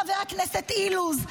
חבר הכנסת אילוז,